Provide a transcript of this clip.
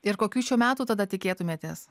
ir kokių šių metų tada tikėtumėtės